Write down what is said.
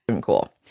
cool